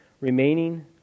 remaining